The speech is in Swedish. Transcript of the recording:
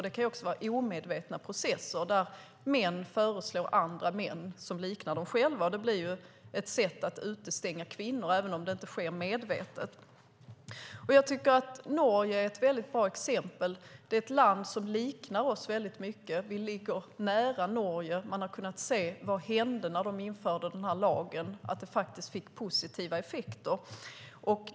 Det kan också vara omedvetna processer där män föreslår andra män som liknar dem själva. Det blir ett sätt att utestänga kvinnor, även om det inte sker medvetet. Jag tycker att Norge är ett väldigt bra exempel. Det är ett land som liknar vårt väldigt mycket. Vi ligger nära Norge. Man har kunnat se vad som hände när de införde den här lagen, att det faktiskt fick positiva effekter.